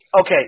okay